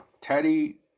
Teddy